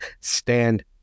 stand